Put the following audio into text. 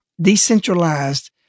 decentralized